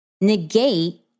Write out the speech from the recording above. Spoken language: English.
negate